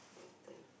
your turn